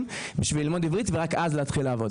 בשביל ללמוד עברית ורק אז להתחיל לעבוד.